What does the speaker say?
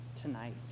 tonight